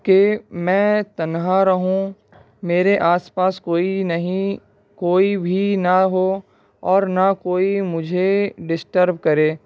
کہ میں تنہا رہوں میرے آس پاس کوئی نہیں کوئی بھی نہ ہو اور نہ کوئی مجھے ڈسٹرب کرے